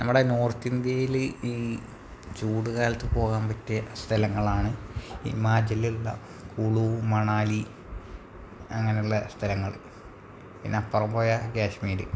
നമ്മുടെ നോർത്തിന്ത്യയില് ഈ ചൂടുകാലത്ത് പോകാൻ പറ്റിയ സ്ഥലങ്ങളാണ് ഹിമാചലിലുള്ള കുളു മണാലി അങ്ങനെയുള്ള സ്ഥലങ്ങള് പിന്നപ്പുറം പോയാല് കാഷ്മീര്